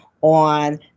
on